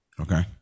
Okay